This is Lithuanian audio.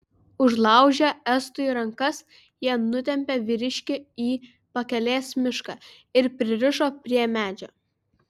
užlaužę estui rankas jie nutempė vyriškį į pakelės mišką ir pririšo prie medžio